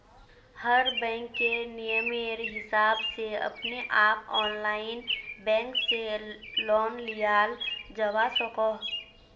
हर बैंकेर नियमेर हिसाब से अपने आप ऑनलाइन बैंक से लोन लियाल जावा सकोह